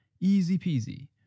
Easy-peasy